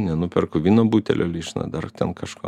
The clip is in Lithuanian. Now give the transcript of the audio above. nenuperku vyno butelio lyšno dar ten kažko